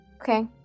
Okay